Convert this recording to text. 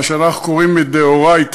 מה שאנחנו קוראים מדאורייתא,